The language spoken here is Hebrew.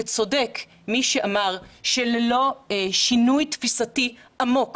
וצודק מי שאמר שדרוש שינוי תפיסתי עמוק